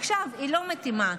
עכשיו היא לא מתאימה.